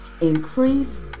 increased